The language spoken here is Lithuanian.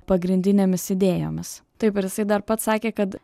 pagrindinėmis idėjomis taip ir jisai dar pats sakė kad